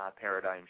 Paradigm